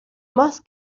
más